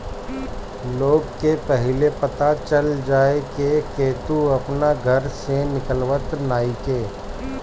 लोग के पहिले पता चल जाए से केहू अपना घर से निकलत नइखे